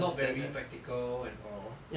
not very practical and all